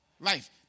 Life